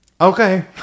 okay